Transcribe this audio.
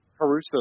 Caruso